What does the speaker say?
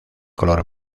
color